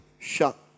shut